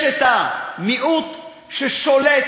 יש את המיעוט ששולט,